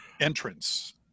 entrance